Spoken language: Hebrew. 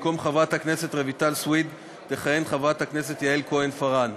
במקום חברת הכנסת רויטל סויד תכהן חברת הכנסת יעל כהן-פארן,